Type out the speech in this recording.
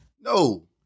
no